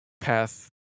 Path